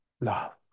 love